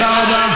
תודה רבה.